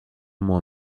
moi